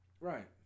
Right